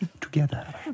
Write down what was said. together